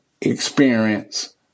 experience